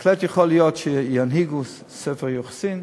בהחלט יכול להיות, שינהיגו ספר יוחסין.